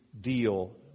deal